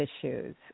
issues